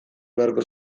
beharko